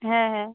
হ্যাঁ হ্যাঁ